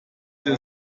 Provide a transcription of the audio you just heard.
der